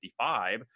55